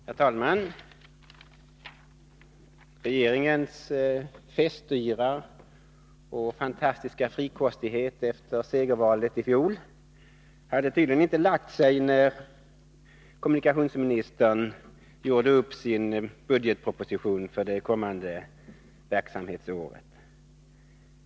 Herr talman! Regeringens festyra och fantastiska frikostighet efter segervalet i fjol hade tydligen inte lagt sig när kommunikationsministern gjorde upp sin bilaga till budgetpropositionen för det kommande året.